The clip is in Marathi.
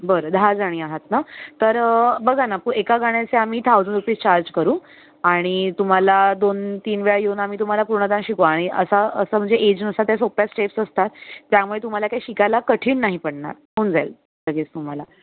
बरं दहा जणी आहात ना तरं बघा ना एका गाण्याचे आम्ही थाउजं रुपीज चार्ज करू आणि तुम्हाला दोन तीन वेळा येऊन आम्ही तुम्हाला पूर्णतः शिकवू आणि असा असं म्हणजे एजनुसार त्या सोप्या स्टेप्स असतात त्यामुळे तुम्हाला ते शिकायला कठीण नाही पडणार होऊन जाईल लगेच तुम्हाला